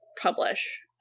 publish